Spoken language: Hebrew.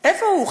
איפה הוא?